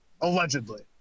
Allegedly